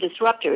disruptors